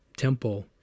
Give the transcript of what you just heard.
temple